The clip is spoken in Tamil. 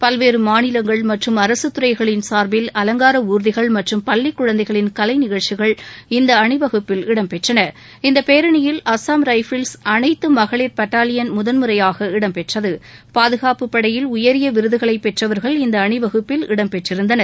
பல்வேறு மாநிலங்கள் மற்றும் அரசுத்துறைகளின் சார்பில் அவங்கார ஊர்திகள் மற்றும் பள்ளிக் குழந்தைகளின் கலை நிகழ்ச்சியில் இந்த அணிவகுப்பில் இடம்பெற்றன இந்த பேரணியில் அஸ்ஸாம் ரைபிள்ஸ் அனைத்து மகளிர் பட்டாலியன் முதல் முறையாக இடம்பெற்றது பாதுகாப்புப்படையில் உயரிய விருதுகளை பெற்றவர்கள் இந்த அணிவகுப்பில் இடம்பெற்றிருந்தனர்